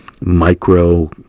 micro